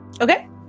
Okay